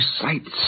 sights